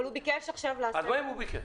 אבל הוא ביקש עכשיו להכניס --- אז מה אם הוא ביקש?